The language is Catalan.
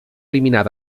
eliminar